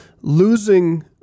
Losing